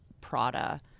prada